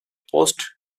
post